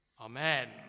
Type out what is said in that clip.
Amen